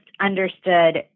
understood